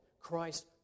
Christ